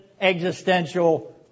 existential